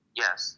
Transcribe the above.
yes